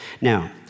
Now